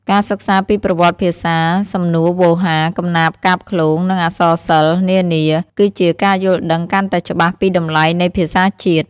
ការសិក្សាពីប្រវត្តិភាសា សំនួនវោហារ កំណាព្យកាព្យឃ្លោង និងអក្សរសិល្ប៍នានា គឺជាការយល់ដឹងកាន់តែច្បាស់ពីតម្លៃនៃភាសាជាតិ។